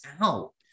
out